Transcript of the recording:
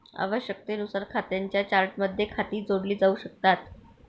आवश्यकतेनुसार खात्यांच्या चार्टमध्ये खाती जोडली जाऊ शकतात